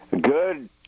Good